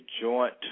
joint